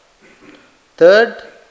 Third